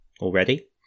already